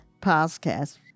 podcast